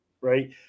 right